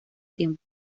tiempo